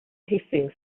hissing